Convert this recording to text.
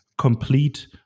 complete